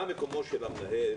מה מקומו של המנהל